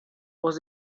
was